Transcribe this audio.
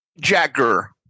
Jacker